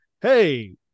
hey